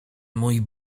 mój